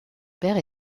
père